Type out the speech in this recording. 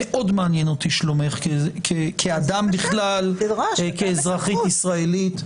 מאוד מעניין אותי שלומך כאדם בכלל וכאזרחית ישראלית.